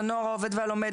לנוער העובד והלומד,